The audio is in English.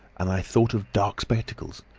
and i thought of dark spectacles.